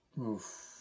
Oof